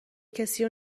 کسی